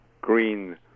green